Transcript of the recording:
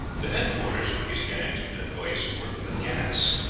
the headquarters of these gangs of dacoits were the ghauts.